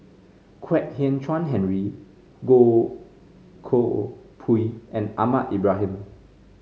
Kwek Hian Chuan Henry Goh Koh Pui and Ahmad Ibrahim